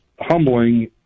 humbling